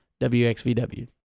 WXVW